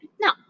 no